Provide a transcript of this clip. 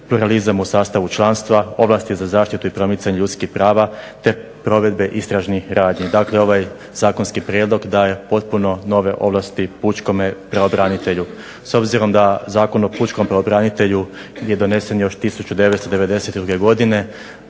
se./… u sastavu članstva, ovlasti za zaštitu i promicanje ljudskih prava te provedbe istražnih radnji. Dakle ovaj zakonski prijedlog daje potpuno nove ovlasti pučkome pravobranitelju. S obzirom da Zakon o pučkom pravobranitelju je donesen još 1992. godine,